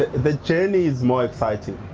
the journey is more exciting.